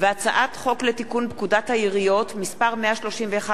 הצעת חוק לתיקון פקודת העיריות (מס' 131),